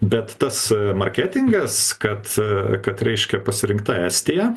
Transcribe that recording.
bet tas marketingas kad kad reiškia pasirinkta estija